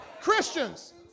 Christians